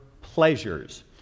pleasures